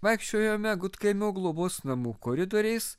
vaikščiojome gudkaimio globos namų koridoriais